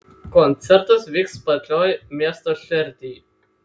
koncertas vyks pačioj miesto šerdyj